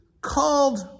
called